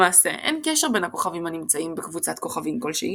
למעשה אין קשר בין הכוכבים הנמצאים בקבוצת כוכבים כלשהי,